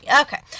okay